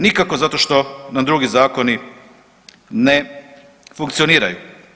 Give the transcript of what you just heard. Nikako zato što nam drugi zakoni ne funkcioniraju.